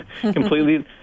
completely